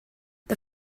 the